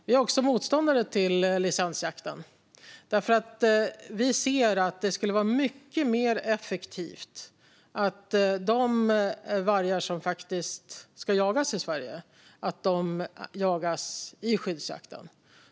Vi är också motståndare till licensjakten, därför att vi ser att det skulle vara mycket mer effektivt att de vargar som faktiskt ska jagas i Sverige jagas i skyddsjakten.